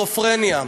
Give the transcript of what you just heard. מסכיזופרניה,